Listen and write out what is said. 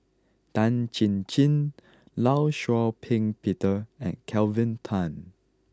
Tan Chin Chin Law Shau Ping Peter and Kelvin Tan